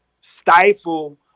stifle